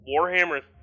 Warhammer